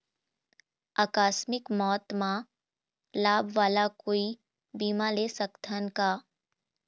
आकस मिक मौत म लाभ वाला कोई बीमा ले सकथन का?